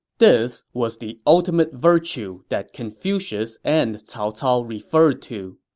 this was the ultimate virtue that confucius and cao cao referred to.